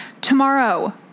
Tomorrow